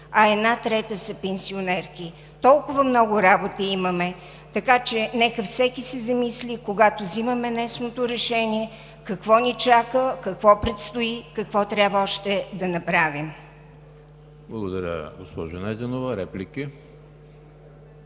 а една трета са пенсионерки. Толкова много работа имаме, нека всеки се замисли, когато взимаме днешното решение какво ни чака, какво предстои, какво трябва още да направим. ПРЕДСЕДАТЕЛ ЕМИЛ ХРИСТОВ: Благодаря, госпожо Найденова. Реплики?